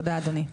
תודה אדוני.